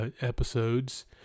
episodes